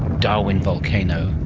darwin volcano,